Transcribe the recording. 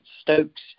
Stokes